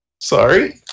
Sorry